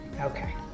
okay